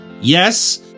yes